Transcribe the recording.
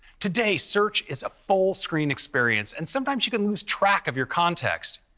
today search is a full-screen experience, and sometimes you can lose track of your context.